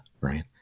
right